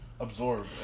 absorb